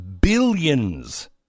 billions